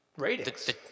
Ratings